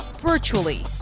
virtually